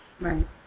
Right